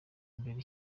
imbere